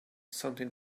something